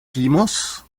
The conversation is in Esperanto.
timos